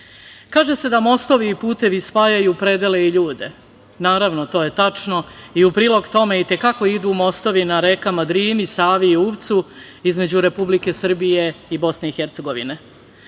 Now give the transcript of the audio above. kaže se da mostovi i putevi spajaju predele i ljude. Naravno, to je tačno i u prilog tome i te kako idu mostovi na rekama Drini, Savi i Uvcu, između Republike Srbije i Bosne i Hercegovine. Na